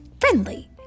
friendly